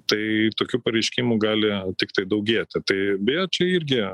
tai tokių pareiškimų gali tiktai daugėti tai beje čia irgi